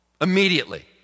Immediately